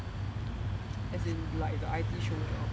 as in like the I_T show job